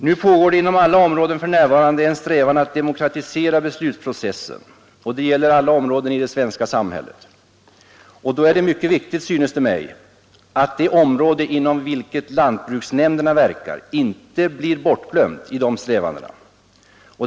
Det pågår för närvarande inom alla områden en strävan att demokratisera beslutsprocessen i det svenska samhället. Då är det mycket viktigt, synes det mig, att det område inom vilket lantbruksnämnderna verkar inte blir bortglömt i dessa strävanden.